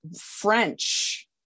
French